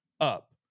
up